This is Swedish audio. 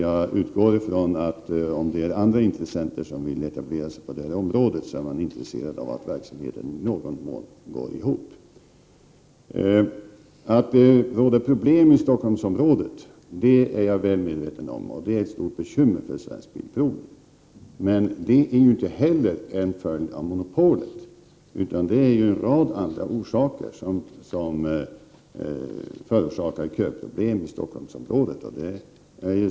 Jag utgår ifrån att om det finns andra intressenter som vill etablera sig på detta område, är de intresserade av att verksamheten i någon mån skall gå ihop. Jag är väl medveten om att det råder problem i Stockholmsområdet. Det är ett stort bekymmer för Svensk Bilprovning. Men inte heller detta är en följd 7n av monopolet, utan det är en rad andra omständigheter som förorsakar köproblemen i Stockholmsområdet.